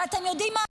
אבל אתם יודעים מה?